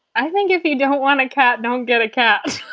i think if you don't want a cat, don't get a cat.